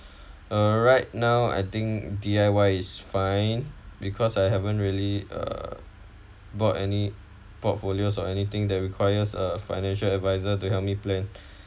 uh right now I think D_I_Y is fine because I haven't really uh bought any portfolios or anything that requires a financial advisor to help me plan